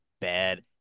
bad